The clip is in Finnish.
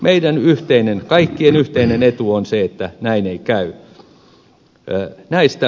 meidän kaikkien yhteinen etu on se että näin ei käy